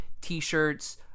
T-shirts